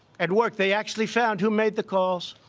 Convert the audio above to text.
and work, they actually found who made the calls.